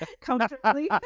comfortably